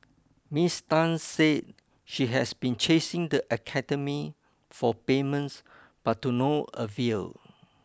Ms Tan said she has been chasing the academy for payments but to no avail